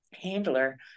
handler